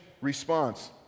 response